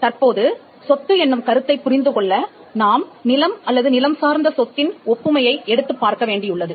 தற்போது சொத்து என்னும் கருத்தைப் புரிந்து கொள்ள நாம் நிலம் அல்லது நிலம் சார்ந்த சொத்தின் ஒப்புமையை எடுத்துப் பார்க்க வேண்டியுள்ளது